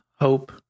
hope